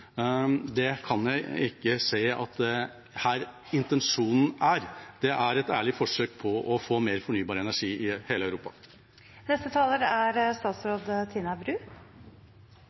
Det kan jeg ikke se at intensjonen er. Det er et ærlig forsøk på å få mer fornybar energi i hele